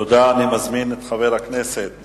תודה, אני מזמין את חבר הכנסת